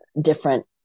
different